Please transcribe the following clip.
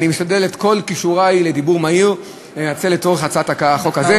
אני משתדל לנצל את כל כישורי לדיבור מהיר לצורך הקראת החוק הזה.